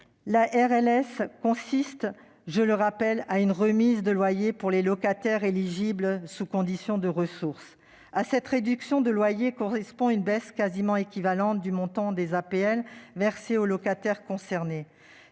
La RLS consiste, je le rappelle, en une remise de loyer pour les locataires éligibles, sous condition de ressources. À cette réduction de loyer correspond une baisse quasi équivalente du montant des APL versées aux locataires concernés.